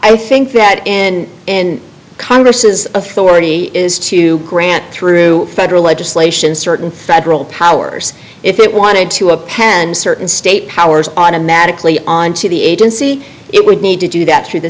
i think that in in congress's authority is to grant through federal legislation certain federal powers if it wanted to append certain state powers automatically onto the agency it would need to do that through the